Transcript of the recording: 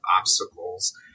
obstacles